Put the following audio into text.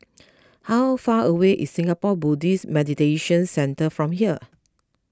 how far away is Singapore Buddhist Meditation Centre from here